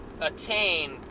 attain